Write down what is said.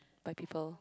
by people